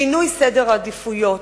שינוי סדר העדיפויות,